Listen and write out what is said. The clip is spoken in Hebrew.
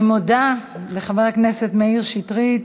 אני מודה לחבר הכנסת מאיר שטרית.